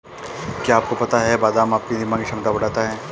क्या आपको पता है बादाम आपकी दिमागी क्षमता बढ़ाता है?